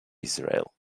israel